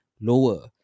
lower